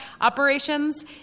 Operations